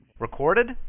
Recorded